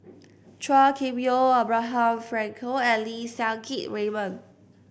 Chua Kim Yeow Abraham Frankel and Lim Siang Keat Raymond